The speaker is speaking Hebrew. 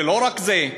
ולא רק זה,